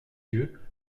yeux